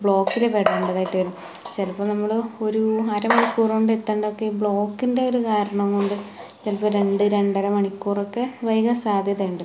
ബ്ലോക്കിൽ പെടേണ്ടതായിട്ട് വരും ചിലപ്പോൾ നമ്മള് ഒരു അര മണിക്കൂറുകൊണ്ട് എത്തേണ്ടതൊക്കെ ബ്ലോക്കിൻ്റെ ഒരു കാരണം കൊണ്ട് ചിലപ്പം ഒരു രണ്ട് രണ്ടര മണിക്കൂറൊക്കെ വൈകാൻ സാധ്യതയുണ്ട്